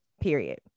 period